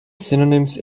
synonyms